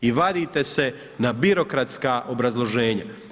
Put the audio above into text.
I vadite se na birokratska obrazloženja.